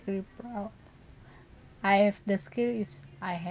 be proud I have the skill is I